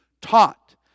taught